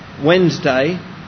Wednesday